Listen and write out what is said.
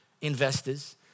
investors